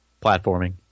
platforming